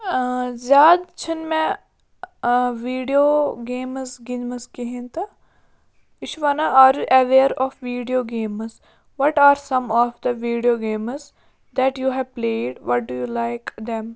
ٲں زیادٕ چھَنہٕ مےٚ ٲں ویٖڈیو گیمٕز گِنٛدمَژ کِہیٖنۍ تہٕ یہِ چھُ وَنان are you ever of video games what are some of the video games that you have played what do you like them